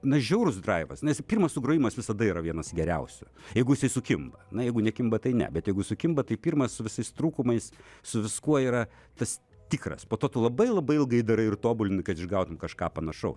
na žiaurus draivas nes pirmas sugrojimas visada yra vienas geriausių jeigu jisai sukimba na jeigu nekimba tai ne bet jeigu sukimba tai pirmas su visais trūkumais su viskuo yra tas tikras po to tu labai labai ilgai darai ir tobulinti kad išgautum kažką panašaus